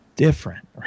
different